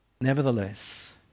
Nevertheless